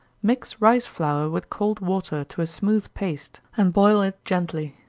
mix rice flour with cold water, to a smooth paste, and boil it gently.